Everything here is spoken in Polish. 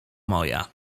moja